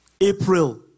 April